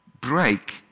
break